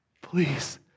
Please